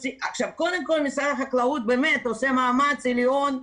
משרד החקלאות באמת עושה מאמץ עליון,